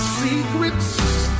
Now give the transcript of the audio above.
secrets